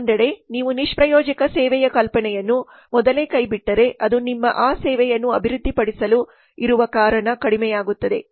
ಮತ್ತೊಂದೆಡೆ ನೀವು ನಿಷ್ಪ್ರಯೋಜಕ ಸೇವೆಯ ಕಲ್ಪನೆಯನ್ನು ಮೊದಲೇ ಕೈಬಿಟ್ಟರೆ ಅದು ನಿಮ್ಮ ಆ ಸೇವೆಯನ್ನು ಅಭಿವೃದ್ಧಿಪಡಿಸಲು ಇರುವ ಕಾರಣ ಕಡಿಮೆಯಾಗುತ್ತದೆ